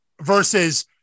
versus